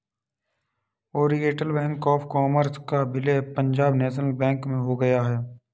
Oriental Bank of Commerce का विलय Punjab National Bank में हो गया है